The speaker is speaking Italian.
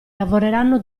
lavoreranno